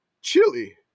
chili